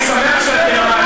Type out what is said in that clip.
אני שמח שאתם,